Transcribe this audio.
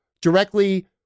directly